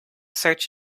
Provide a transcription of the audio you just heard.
search